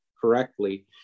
correctly